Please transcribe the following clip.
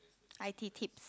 i_t tips